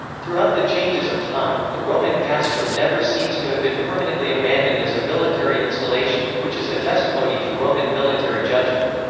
throughout the changes of time, the roman castrum never seems to have been permanently abandoned as a military installation, which is a testimony to roman military judgement.